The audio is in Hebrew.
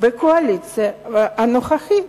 בקואליציה הנוכחית.